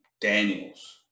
Daniels